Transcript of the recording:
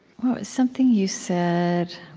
something you said,